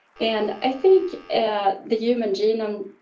and i think the human genome